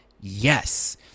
Yes